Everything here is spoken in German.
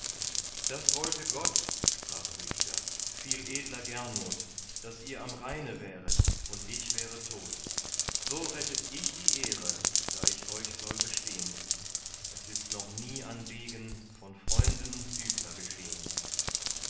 das wollte gott sprach rüdiger viel edler gernot daß ihr am rheine wäret und ich wäre tot so rettet ich die ehre da ich euch soll bestehn es ist noch nie an degen von freunden übler geschehn